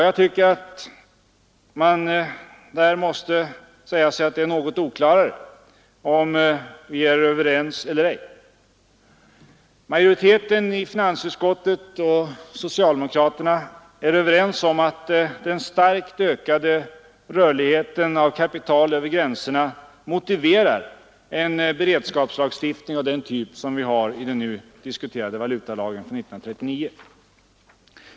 Ja, där är det något oklarare om vi är överens eller ej. Majoriteten i finansutskottet och socialdemokraterna är överens om att den starkt ökade rörligheten av kapital över gränserna motiverar en beredskapslagstiftning av den typ vi har i den nu diskuterade valutalagen från 1939.